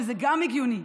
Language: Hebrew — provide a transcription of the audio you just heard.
שגם זה הגיוני,